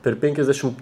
per penkiasdešim